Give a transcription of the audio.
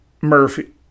Murphy